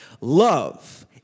Love